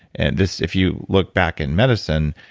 and this, if you look back in medicine,